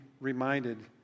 reminded